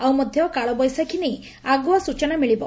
ଆଉ ମଧ୍ଧ କାଳବେଶାଖୀ ନେଇ ଆଗୁଆ ସ୍ଚନା ମିଳିବ